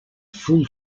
full